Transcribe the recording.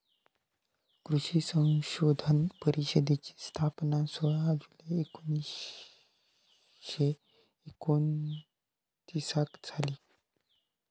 कृषी संशोधन परिषदेची स्थापना सोळा जुलै एकोणीसशे एकोणतीसाक झाली